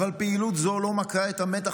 אבל פעילות זו לא מקהה את המתח